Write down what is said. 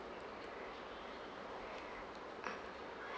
uh